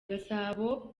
gasabo